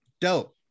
Dope